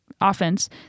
offense